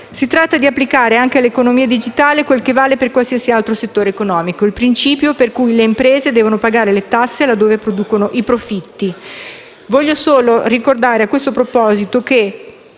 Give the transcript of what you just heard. si tratta di applicare anche all'economia digitale quel che vale per qualsiasi altro settore economico, il principio per cui le imprese devono pagare le tasse laddove producono i profitti. Voglio ricordare, a tal proposito, che